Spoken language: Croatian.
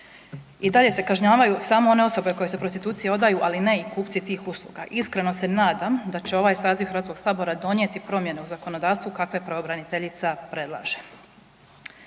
i dalje se kažnjavaju samo one osobe koje se prostituciji prodaju, ali ne i kupci tih usluga. Iskreno se nadam da će ovaj saziv Hrvatskog sabora donijeti promjene u zakonodavstvu kakve pravobraniteljica predlaže.